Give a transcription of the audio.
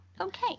Okay